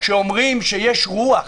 כשאומרים שיש "רוח".